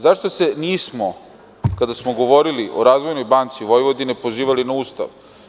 Zašto se nismo, kada smo govorili o „Razvojnoj banci Vojvodine“, pozivali na Ustav?